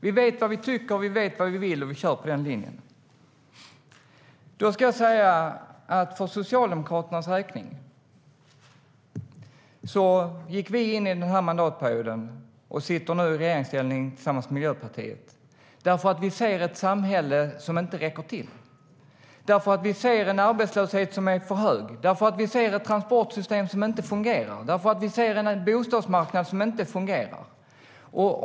Vi vet vad vi tycker, vi vet vad vi vill och vi kör på den linjen. För Socialdemokraternas del vill jag säga att vi gick in i den här mandatperioden, och sitter nu i regeringsställning tillsammans med Miljöpartiet, eftersom vi ser ett samhälle som inte räcker till. Vi ser en arbetslöshet som är för hög. Vi ser ett transportsystem och en bostadsmarknad som inte fungerar.